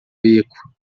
beco